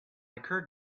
occurred